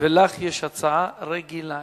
ולך יש הצעה רגילה.